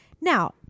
Now